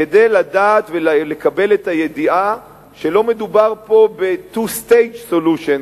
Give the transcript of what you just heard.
כדי לדעת ולקבל את הידיעה שלא מדובר כאן ב-two state solution,